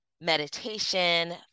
meditation